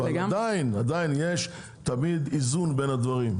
עדיין, צריך למצוא איזון בין הדברים.